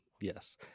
Yes